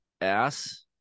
Ass